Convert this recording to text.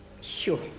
sure